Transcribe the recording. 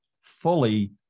fully